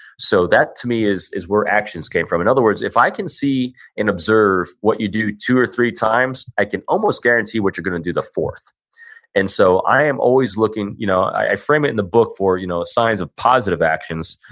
so, that to me is is where actions came from. in other words, if i can see and observe what you do two or three times, can almost guarantee what you're going to do the fourth and so, i am always looking, you know i frame it in the book for you know signs of positive actions,